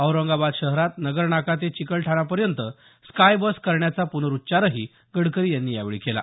औरंगाबाद शहरात नगरनाका ते चिकलठाणापर्यंत स्काय बस करण्याचा प्नरुच्चारही गडकरी यांनी यावेळी केला